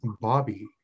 Bobby